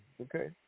okay